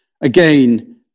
again